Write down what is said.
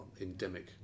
endemic